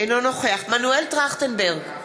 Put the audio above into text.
אינו נוכח מנואל טרכטנברג,